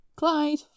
Clyde